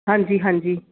ਹਾਂਜੀ ਹਾਂਜੀ